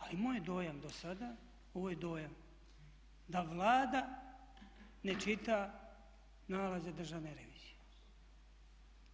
Ali moj je dojam do sada, ovo je dojam, da Vlada ne čita nalaze državne revizije